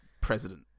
president